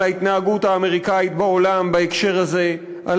על ההתנהגות האמריקנית בעולם בהקשר הזה ועל